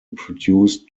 produce